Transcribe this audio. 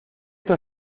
esto